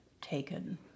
taken